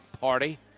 Party